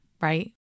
right